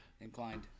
inclined